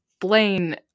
Blaine